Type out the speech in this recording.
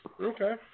Okay